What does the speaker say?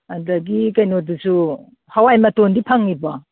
ꯑꯗꯒꯤ ꯀꯩꯅꯣꯗꯨꯁꯨ ꯍꯋꯥꯏ ꯃꯇꯣꯟꯗꯤ ꯐꯪꯉꯤꯕꯣ